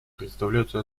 представляются